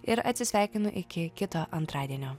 ir atsisveikinu iki kito antradienio